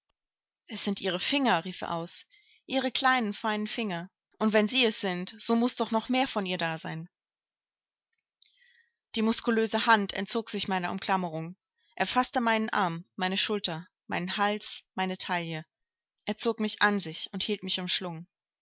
es sind ihre finger rief er aus ihre kleinen feinen finger und wenn sie es sind so muß doch noch mehr von ihr da sein die muskulöse hand entzog sich meiner umklammerung er faßte meinen arm meine schulter meinen hals meine taille er zog mich an sich und hielt mich umschlungen